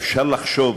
אפשר לחשוב.